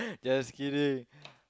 just kidding